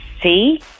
see